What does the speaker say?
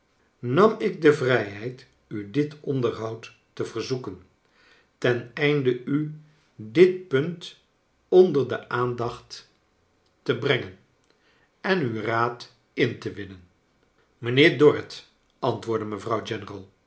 nam ik de vrijheid u dit onderhoud te verzoeken ten einde u dit punt onder de aanchaeles dickens dacht te brengen en uw raad in te winnen mijnheer dorrit antwoordde mevrouw